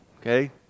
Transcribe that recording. Okay